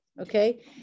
Okay